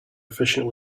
efficient